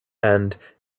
and